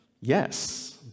Yes